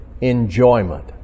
enjoyment